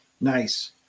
nice